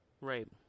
Right